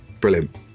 brilliant